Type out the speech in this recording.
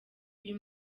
uyu